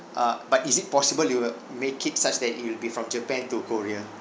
uh but is it possible you will make it such that it'll be from japan to korea